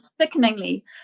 sickeningly